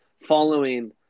following